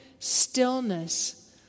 stillness